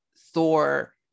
Thor